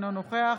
אינו נוכח